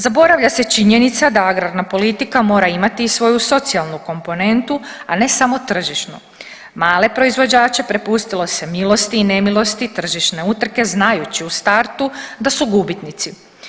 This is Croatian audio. Zaboravlja se činjenica da agrarna politika mora imati i svoju socijalnu komponentu, a ne samo tržišnu, male proizvođače prepustilo se milosti i nemilosti tržišne utrke znajući u startu da su gubitnici.